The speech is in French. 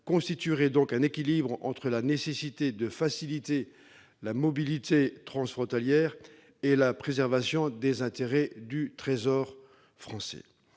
constituerait donc un équilibre entre la nécessité de faciliter la mobilité transfrontalière et la préservation des intérêts du Trésor français.